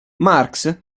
marx